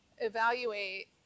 evaluate